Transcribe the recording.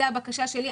זה הבקשה שלי.